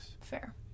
Fair